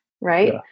right